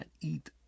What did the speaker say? eat